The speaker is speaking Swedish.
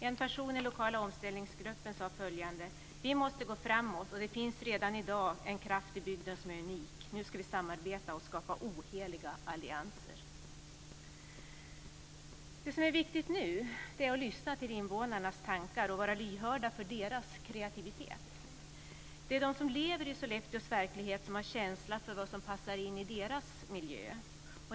En person i lokala omställningsgruppen sade följande: Vi måste går framåt, och det finns redan i dag en kraft i bygden som är unik. Nu ska vi samarbeta och skapa oheliga allianser. Det som är viktigt är att lyssna till invånarnas tankar och vara lyhörd för deras kreativitet. Det är de som lever i Sollefteås verklighet som har känsla för vad som passar in i deras miljö.